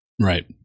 Right